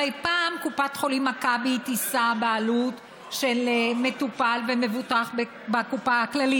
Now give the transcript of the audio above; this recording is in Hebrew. הרי פעם קופת חולים מכבי תישא בעלות של מטופל שמבוטח בכללית,